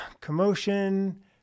commotion